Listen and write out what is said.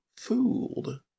Fooled